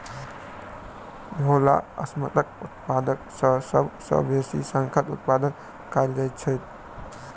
मोलास्कक उत्पादन मे सभ सॅ बेसी शंखक उत्पादन कएल जाइत छै